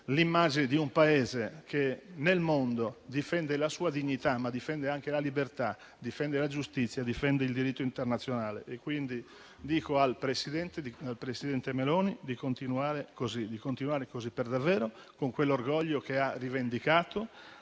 l'immagine di un Paese che nel mondo difende la sua dignità, ma anche la libertà, la giustizia e il diritto internazionale. Dico quindi al Presidente Meloni di continuare così per davvero, con quell'orgoglio che ha rivendicato.